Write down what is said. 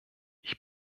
ich